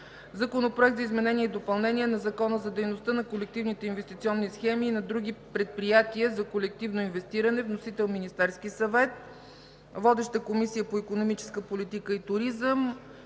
Законопроект за изменение и допълнение на Закона за дейността на колективните инвестиционни схеми и на други предприятия за колективно инвестиране. Вносител е Министерският съвет. Водеща е Комисията по икономическата политика и туризъм